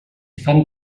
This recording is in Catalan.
fan